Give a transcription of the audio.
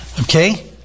Okay